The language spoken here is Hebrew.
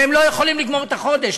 והם לא יכולים לגמור את החודש.